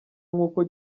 nkuko